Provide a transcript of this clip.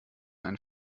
einen